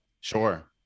Sure